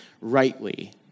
rightly